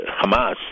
Hamas